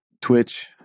Twitch